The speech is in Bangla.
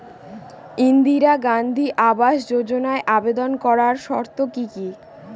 ইন্দিরা গান্ধী আবাস যোজনায় আবেদন করার শর্ত কি কি?